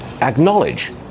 acknowledge